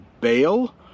bail